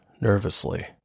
nervously